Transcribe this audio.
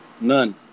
None